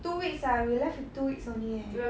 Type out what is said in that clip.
two weeks ah we left with two weeks only eh